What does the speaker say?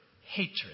hatred